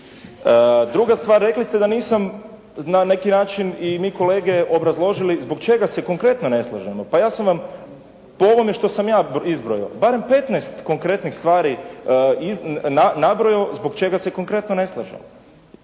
Druga stvar, rekli ste da nisam na neki način i mi kolege obrazložili zbog čega se konkretno ne slažemo. Pa ja sam vam po ovome što sam ja izbrojao, barem 15 konkretnih stvari nabrojao zbog čega se konkretno ne slažemo